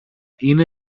είναι